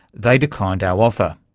they declined our offer.